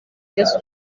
sports